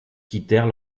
quittèrent